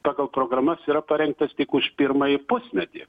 pagal programas yra parengtas tik už pirmąjį pusmetį